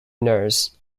nurse